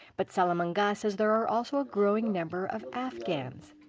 but salamangas says there are also a growing number of afghans